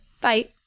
Bye